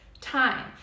time